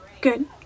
good